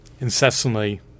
incessantly